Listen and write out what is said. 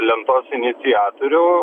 lentos iniciatorių